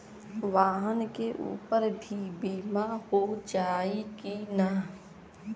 वाहन के ऊपर भी बीमा हो जाई की ना?